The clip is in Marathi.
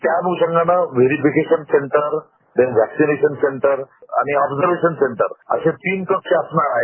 त्या अन्षंगानं व्हेरीफिकेशन सेंटर व्हॅक्सीनेशन सेंटर आणि ऑब्सखेशन सेंटर असे तीन कक्ष असणार आहेत